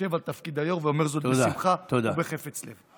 יושב על תפקיד היו"ר, ואומר זאת בשמחה ובחפץ לב.